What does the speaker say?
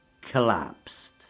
collapsed